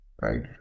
right